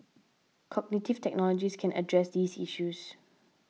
cognitive technologies can address these issues